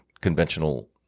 conventional